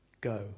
Go